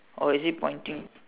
or is it pointing